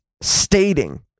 stating